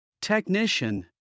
Technician